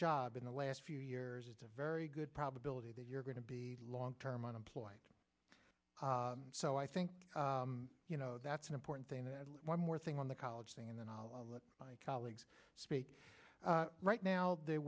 job in the last few years it's a very good probability that you're going to be long term unemployed so i think you know that's an important thing to add one more thing on the college thing and then i'll let my colleagues speak right now they